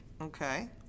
okay